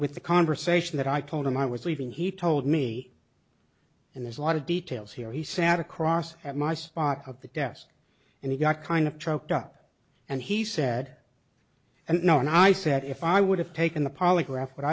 with the conversation that i told him i was leaving he told me and there's a lot of details here he sat across my spot of the desk and he got kind of trucked up and he said and you know and i said if i would have taken the polygraph would